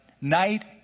night